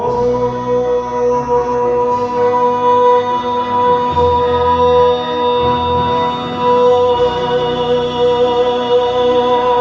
oh oh